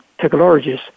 technologies